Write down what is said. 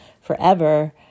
forever